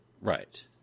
Right